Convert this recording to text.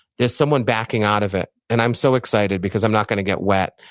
there's someone backing out of it and i'm so excited because i'm not going to get wet.